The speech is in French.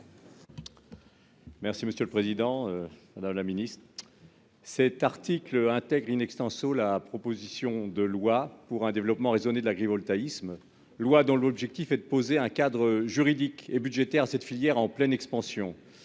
Merci monsieur le Président, Madame la Ministre, cet article intègre in extenso la proposition de loi pour un développement raisonné de l'agrivoltaïsme loi dont l'objectif est de poser un cadre juridique et budgétaire cette filière en pleine expansion,